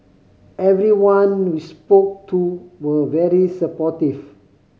everyone we spoke to were very supportive